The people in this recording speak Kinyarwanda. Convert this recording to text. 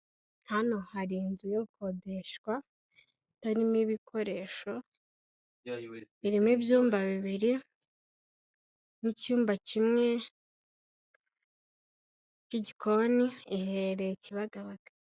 Hano hari inzu yo gukodeshwa itarimo ibikoresho, irimo ibyumba bibiri n'icyumba kimwe k'igikoni iherereye Kibagabaga.